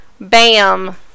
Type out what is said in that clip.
bam